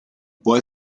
può